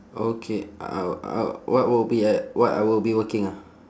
okay I w~ I w~ what will be at what I will be working ah